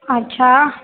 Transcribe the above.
अच्छा